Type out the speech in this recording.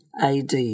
AD